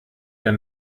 der